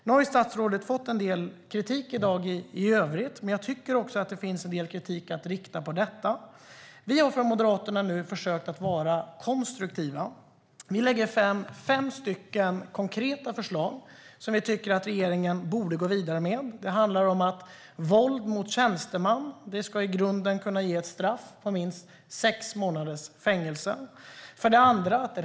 Statsrådet har redan fått en del kritik i dag, men det finns anledning att rikta kritik även på detta område. Moderaterna har försökt att vara konstruktiva. Vi lägger fram fem konkreta förslag som vi tycker att regeringen borde gå vidare med. Våld mot tjänsteman ska ge ett straff på minst sex månaders fängelse.